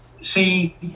see